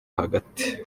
hagati